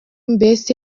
mbese